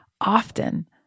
often